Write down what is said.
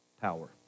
power